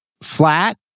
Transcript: flat